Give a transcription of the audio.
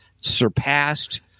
surpassed